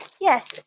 Yes